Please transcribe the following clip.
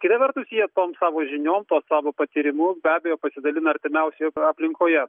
kita vertus jie tom savo žiniom tuo savo patyrimu be abejo pasidalina artimiausioje aplinkoje